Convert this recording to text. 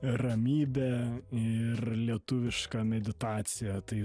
ramybe ir lietuviška meditacija tai